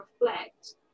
reflect